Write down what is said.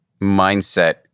mindset